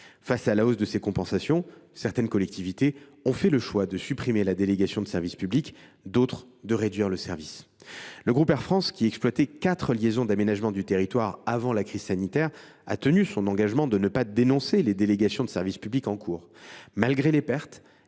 Face à la hausse de ces compensations, certaines collectivités ont fait le choix de supprimer la délégation de service public, d’autres de réduire le service. Le groupe Air France, qui exploitait quatre lignes d’aménagement du territoire avant la crise sanitaire, a tenu son engagement de ne pas dénoncer les délégations de service public en cours. Malgré les pertes,